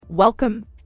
Welcome